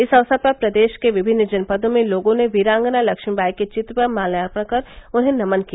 इस अवसर पर प्रदेश के विभिन्न जनपदों में लोगों ने वीरांगना लक्ष्मीबाई के चित्र पर माल्यार्पण कर उन्हें नमन किया